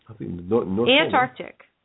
Antarctic